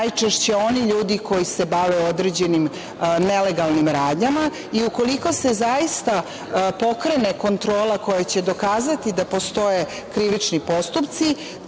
najčešće oni ljudi koji se bave određenim nelegalnim radnjama i ukoliko se zaista pokrene kontrola koja će dokazati da postoje krivični postupci,